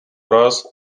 раз